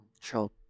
Sure